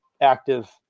active